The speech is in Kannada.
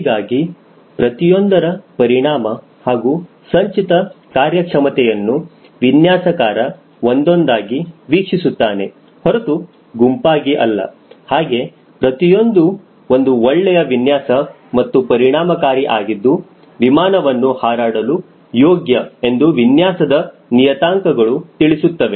ಹೀಗಾಗಿ ಪ್ರತಿಯೊಂದರ ಪರಿಣಾಮ ಹಾಗೂ ಸಂಚಿತ ಕಾರ್ಯಕ್ಷಮತೆಯನ್ನು ವಿನ್ಯಾಸಕಾರ ಒಂದೊಂದಾಗಿ ವೀಕ್ಷಿಸುತ್ತಾನೆ ಹೊರತು ಗುಂಪಾಗಿ ಅಲ್ಲ ಹಾಗೆ ಪ್ರತಿಯೊಂದು ಒಂದು ಒಳ್ಳೆಯ ವಿನ್ಯಾಸ ಮತ್ತು ಪರಿಣಾಮಕಾರಿ ಆಗಿದ್ದು ವಿಮಾನವನ್ನು ಹಾರಾಡಲು ಯೋಗ್ಯ ಎಂದು ವಿನ್ಯಾಸದ ನಿಯತಾಂಕಗಳು ತಿಳಿಸುತ್ತವೆ